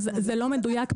זה לא מדויק,